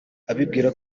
abibwira